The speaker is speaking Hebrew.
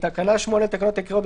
תיקון תקנה 8 בתקנה 8 לתקנות העיקריות,